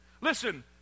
Listen